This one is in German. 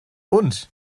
und